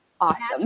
awesome